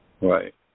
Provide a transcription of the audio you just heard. Right